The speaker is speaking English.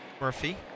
Murphy